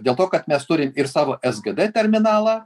dėl to kad mes turim ir savo sgd terminalą